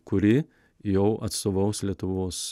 kuri jau atstovaus lietuvos